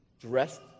dressed